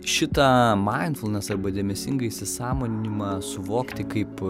šitą maindfulnes arba dėmesingą įsisąmoninimą suvokti kaip